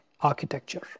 architecture